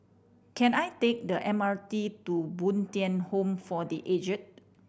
can I take the M R T to Bo Tien Home for The Aged